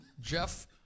jeff